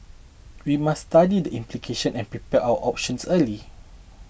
we must study the implications and prepare our options early